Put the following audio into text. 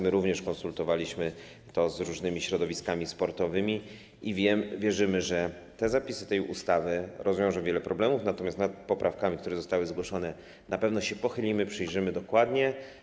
My również konsultowaliśmy to z różnymi środowiskami sportowymi i wierzymy, że zapisy tej ustawy rozwiążą wiele problemów, natomiast nad poprawkami, które zostały zgłoszone, na pewno się pochylimy, przyjrzymy się im dokładnie.